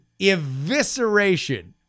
evisceration